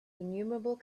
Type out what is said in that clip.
innumerable